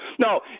No